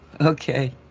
okay